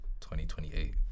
2028